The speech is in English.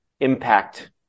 impact